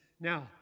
Now